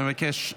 אני מבקש,